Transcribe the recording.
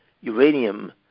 uranium